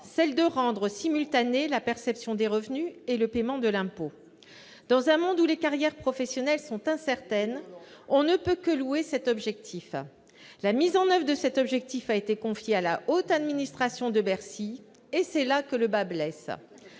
idée : rendre simultanés la perception des revenus et le paiement de l'impôt. Dans un monde où les carrières professionnelles sont incertaines, on ne peut que louer cet objectif. La mise en oeuvre de cet objectif a été confiée à la haute administration de Bercy, et c'est là que le bât blesse.